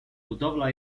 budowla